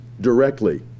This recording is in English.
directly